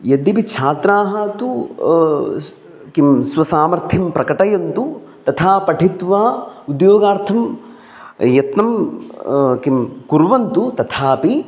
यद्यपि छात्राः तु किं स्वसामर्थ्यं प्रकटयन्तु तथा पठित्वा उद्योगार्थं यत्नं किं कुर्वन्तु तथापि